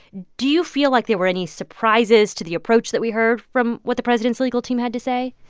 do you feel like there were any surprises to the approach that we heard from what the president's legal team had to say?